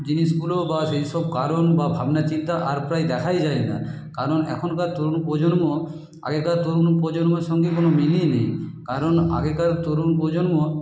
জিনিসগুলি বা সেই সব কারণ বা ভাবনা চিন্তা আর প্রায় দেখাই যায় না কারণ এখনকার তরুণ প্রজন্ম আগেকার তরুণ প্রজন্মের সঙ্গে কোনো মিলই নেই কারণ আগেকার তরুণ প্রজন্ম